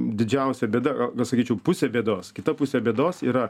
didžiausia bėda na sakyčiau pusė bėdos kita pusė bėdos yra